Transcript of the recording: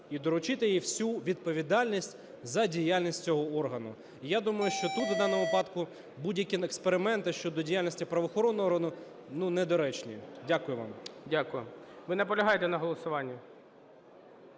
і доручити їй всю відповідальність за діяльність цього органу. Я думаю, що тут в даному випадку будь-які експерименти щодо діяльності правоохоронного органу, ну, недоречні. Дякую вам. ГОЛОВУЮЧИЙ. Дякую. Ви наполягаєте на голосуванні?